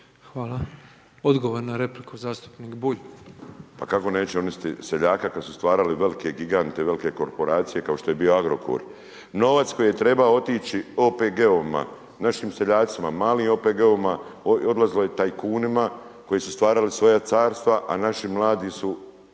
Odgovor na repliku zastupnik Bulj. **Bulj, Miro (MOST)** Pa kako neće uništit seljaka kad su stvarali velike gigante, velke korporacije kao što je bio Agrokor, novac koji je trebao otići OPG-ovima našim seljacima, malim OPG-ovima odlazilo je tajkunima koji su stvarali svoja carstva, a naši mladi su,